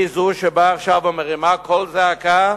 היא זו שבאה ומרימה קול זעקה